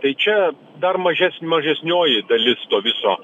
tai čia dar mažes mažesnioji dalis to viso